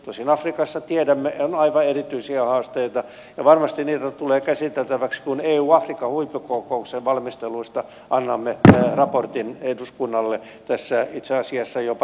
tosin tiedämme että afrikassa on aivan erityisiä haasteita ja varmasti niitä tulee käsiteltäväksi kun euafrikka huippukokouksen valmisteluista annamme raportin eduskunnalle itse asiassa jo parin viikon päästä